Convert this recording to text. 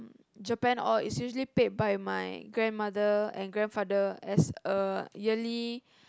Japan all is usually paid by grandmother and grandfather as a yearly